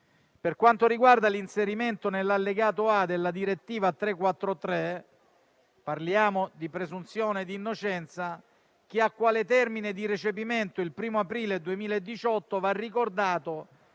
Per quanto riguarda l'inserimento nell'allegato A della direttiva n. 343 del 2016 (parliamo di presunzione di innocenza), che ha quale termine di recepimento il 1° aprile 2018, va ricordato